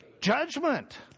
judgment